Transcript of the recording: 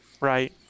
right